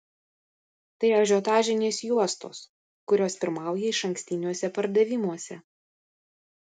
tai ažiotažinės juostos kurios pirmauja išankstiniuose pardavimuose